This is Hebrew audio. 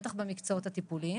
בטח במקצועות הטיפוליים.